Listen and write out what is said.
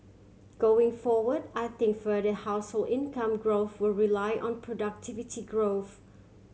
going forward I think further household income growth will rely on productivity growth